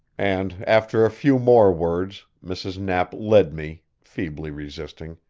and after a few more words, mrs. knapp led me, feebly resisting,